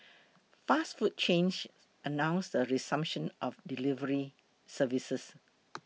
fast food chains announced the resumption of delivery services